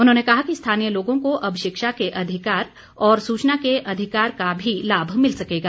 उन्होंने कहा कि स्थानीय लोगों को अब शिक्षा के अधिकार और सूचना के अधिकार का भी लाभ मिल सकेगा